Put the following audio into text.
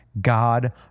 God